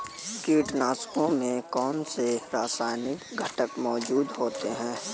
कीटनाशकों में कौनसे रासायनिक घटक मौजूद होते हैं?